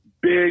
big